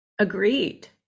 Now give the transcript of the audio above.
agreed